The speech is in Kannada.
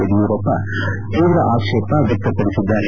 ಯಡಿಯೂರಪ್ಪ ತೀವ್ರ ಆಕ್ಷೇಪ ವ್ಯಕ್ತಪಡಿಸಿದ್ದಾರೆ